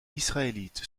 israélite